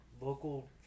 local